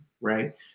right